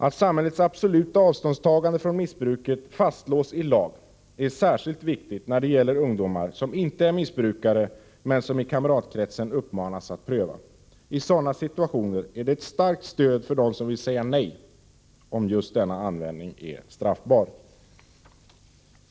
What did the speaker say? Att samhällets absoluta avståndstagande från missbruket fastslås i lag är särskilt viktigt när det gäller ungdomar som inte är missbrukare men som i kamratkretsen uppmanas att pröva. I sådana situationer är det ett starkt stöd för den som vill säga nej om själva användningen är straffbar.